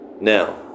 Now